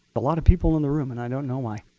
a lot of people in the room, and i don't know why.